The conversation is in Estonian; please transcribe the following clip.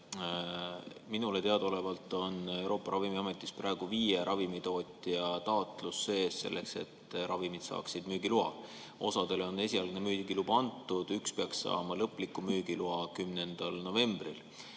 Minule teadaolevalt on Euroopa Ravimiametis praegu sees viie ravimitootja taotlus, selleks et nende ravimid saaksid müügiloa. Osale on esialgne müügiluba antud, üks peaks saama lõpliku müügiloa 10. novembril.